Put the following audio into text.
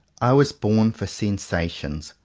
i was born for sensations,